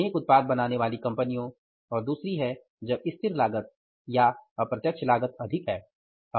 अनेक उत्पाद बनाने वाली कंपनियां और दूसरी है कि जब स्थिर लागत या अप्रत्यक्ष लागत अधिक है